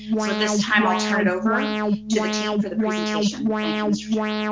so at this time, i'll turn it over to the team for the presentation. thank you, mr. chair.